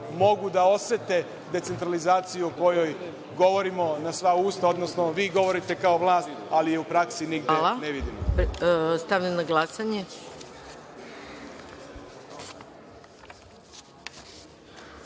mogu da osete decentralizaciju o kojoj govorimo na sva usta, odnosno vi govorite kao vlast, ali je u praksi nigde ne vidimo. **Maja Gojković**